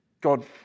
God